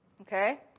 Okay